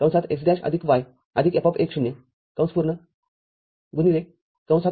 x' y F१ ०